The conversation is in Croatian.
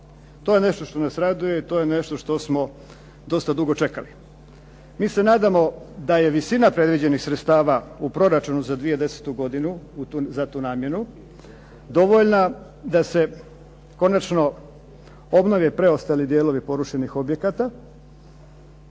to je nešto što nas raduje, to je nešto što smo dosta dugo čekali. Mi se nadamo da je visina predviđenih sredstava u proračunu za 2010. godinu za tu namjenu, dovoljna da se konačno obnove preostali dijelovi porušenih objekata